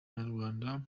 abanyarwanda